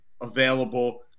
available